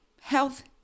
health